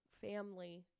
family